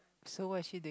so what is she doing